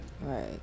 Right